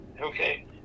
Okay